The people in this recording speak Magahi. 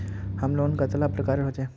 होम लोन कतेला प्रकारेर होचे?